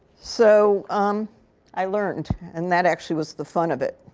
so um i learned. and that actually was the fun of it.